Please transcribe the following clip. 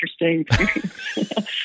interesting